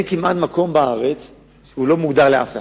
כמעט אין מקום בארץ שהוא לא מוגדר לאף אחד.